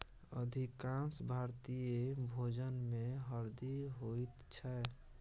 अधिकांश भारतीय भोजनमे हरदि होइत छै